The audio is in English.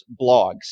blogs